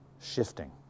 shifting